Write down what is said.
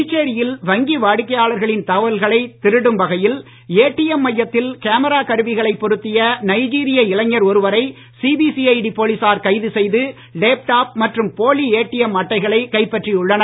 புதுச்சேரியில் வங்கி வாடிக்கையாளர்களின் தகவல்களை திருடும் வகையில் ஏடிஎம் மையத்தில் கேமரா கருவிகளை பொருத்திய நைஜீரிய இளைஞர் ஒருவரை சிபிசிஐடி போலீசார் கைது செய்து லேப்டாப் மற்றும் போலி ஏடிஎம் அட்டைகளை கைப்பற்றி உள்ளனர்